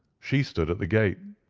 she stood at the gate,